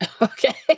Okay